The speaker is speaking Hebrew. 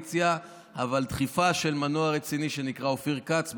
אבל בדחיפה של מנוע רציני שנקרא אופיר כץ.